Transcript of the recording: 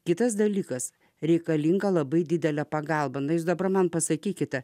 kitas dalykas reikalinga labai didelė pagalba na jūs dabar man pasakykite